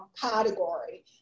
category